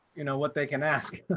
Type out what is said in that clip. you know what they can ask